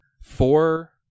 Four